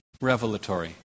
revelatory